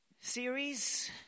series